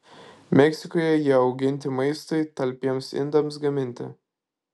meksikoje jie auginti maistui talpiems indams gaminti